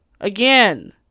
Again